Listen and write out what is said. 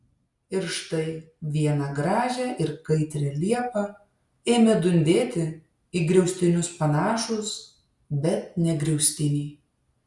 ir štai vieną gražią ir kaitrią liepą ėmė dundėti į griaustinius panašūs bet ne griaustiniai